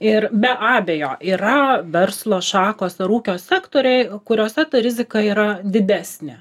ir be abejo yra verslo šakos ar ūkio sektoriai kuriuose ta rizika yra didesnė